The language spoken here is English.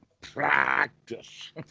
practice